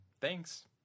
Thanks